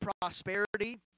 prosperity